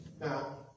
Now